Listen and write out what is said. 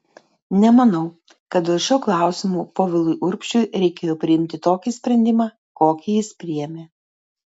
nemanau kad dėl šio klausimo povilui urbšiui reikėjo priimti tokį sprendimą kokį jis priėmė